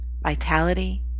vitality